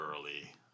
early